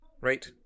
Right